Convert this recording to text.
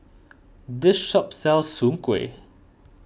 this shop sells Soon Kway